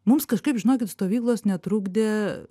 mums kažkaip žinokit stovyklos netrukdė